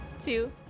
two